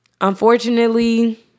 unfortunately